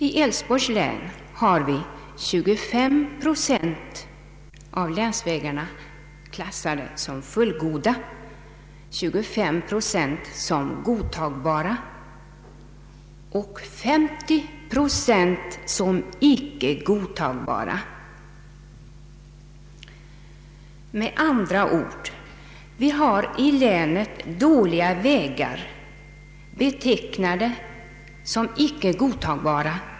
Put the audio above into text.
I Älvsborgs län är 25 procent av länsvägarna klassade såsom fullgoda, 25 procent såsom godtagbara och 50 procent såsom icke godtagbara. Med andra ord, vi har i länet vägar som till 50 procent är betecknade såsom icke godtagbara.